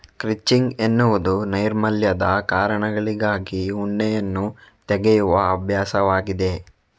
crutching ಎನ್ನುವುದು ನೈರ್ಮಲ್ಯದ ಕಾರಣಗಳಿಗಾಗಿ ಉಣ್ಣೆಯನ್ನು ತೆಗೆಯುವ ಅಭ್ಯಾಸವಾಗಿದೆ